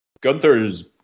Gunther's